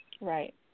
Right